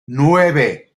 nueve